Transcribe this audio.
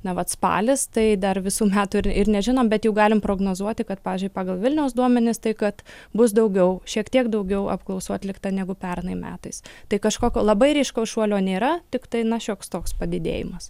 na vat spalis tai dar visų metų ir ir nežinom bet jau galim prognozuoti kad pavyzdžiui pagal vilniaus duomenis tai kad bus daugiau šiek tiek daugiau apklausų atlikta negu pernai metais tai kažkokio labai ryškaus šuolio nėra tiktai na šioks toks padidėjimas